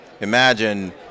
Imagine